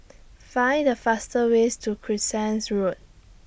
Find The fastest Way to Crescent Road